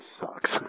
sucks